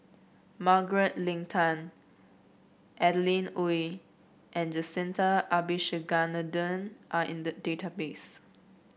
Margaret Leng Tan Adeline Ooi and Jacintha Abisheganaden are in the database